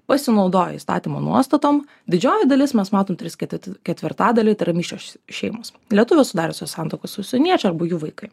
pasinaudojo įstatymo nuostatom didžioji dalis mes matom tris ketidv ketvirtadaliai tai yra mišrios šeimos lietuvių sudariusių santuokas su užsieniečių arba jų vaikai